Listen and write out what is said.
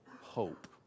hope